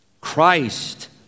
Christ